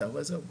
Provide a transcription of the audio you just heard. תודה.